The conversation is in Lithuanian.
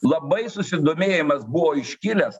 labai susidomėjimas buvo iškilęs